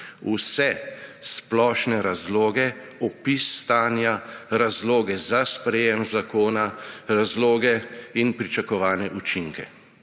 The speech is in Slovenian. Vse splošne razloge, opis stanja, razloge za sprejetje zakona, razloge in pričakovane učinke